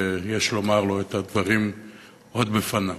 ויש לומר לו את הדברים עוד בפניו.